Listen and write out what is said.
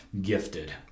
gifted